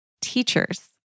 Teachers